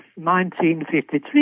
1953